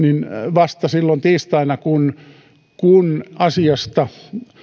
vasta silloin tiistaina kun kun asiasta